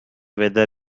weather